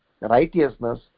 righteousness